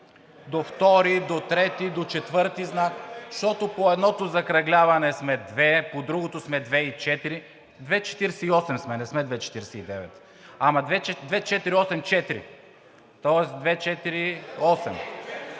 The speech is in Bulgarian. До втори, до трети, до четвърти знак? Защото по едното закръгляване сме две, по другото сме 2,4, 2,48 сме, не сме 2,49. Ама 2,484, тоест 2,48.